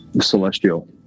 Celestial